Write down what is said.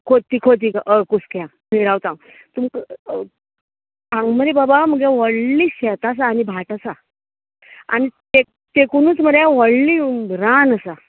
खोती खोतीग हय कुसक्यां थंय रावता तुमका हांग मरे बाबा म्हगे व्हडलें शेत आसा आनी भाट आसा आनी ते तेकुनच मरे व्हडली रान आसा